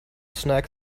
snag